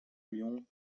lion